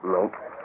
Nope